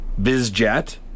Bizjet